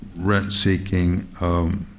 rent-seeking